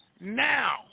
Now